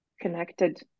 connected